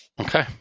Okay